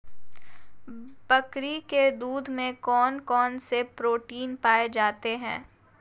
बकरी के दूध में कौन कौनसे प्रोटीन पाए जाते हैं?